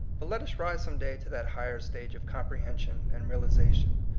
but let us rise some day to that higher stage of comprehension and realization,